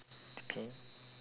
depend